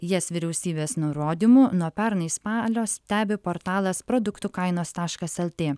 jas vyriausybės nurodymu nuo pernai spalio stebi portalas produktų kainos taškas lt